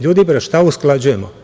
Ljudi, šta usklađujemo?